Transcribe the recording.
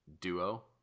duo